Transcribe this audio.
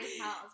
house